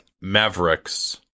Mavericks